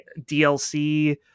DLC